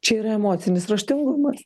čia yra emocinis raštingumas